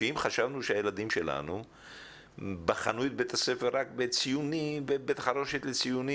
אם חשבנו שהילדים שלנו בחנו את בית הספר רק כבית חרושת לציונים,